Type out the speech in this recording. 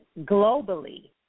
globally